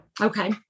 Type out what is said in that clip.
Okay